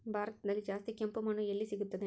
ಭಾರತದಲ್ಲಿ ಜಾಸ್ತಿ ಕೆಂಪು ಮಣ್ಣು ಎಲ್ಲಿ ಸಿಗುತ್ತದೆ?